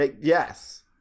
Yes